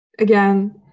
Again